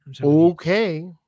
Okay